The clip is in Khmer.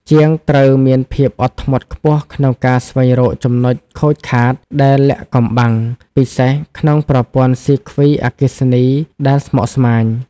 ជាងត្រូវមានភាពអត់ធ្មត់ខ្ពស់ក្នុងការស្វែងរកចំណុចខូចខាតដែលលាក់កំបាំង ពិសេសក្នុងប្រព័ន្ធសៀគ្វីអគ្គិសនីដែលស្មុគស្មាញ។